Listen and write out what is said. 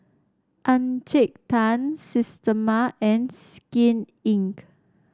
Encik Tan Systema and Skin Inc